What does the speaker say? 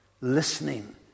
listening